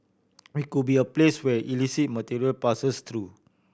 we could be a place where illicit material passes through